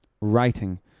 Writing